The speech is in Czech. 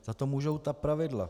Za to můžou ta pravidla.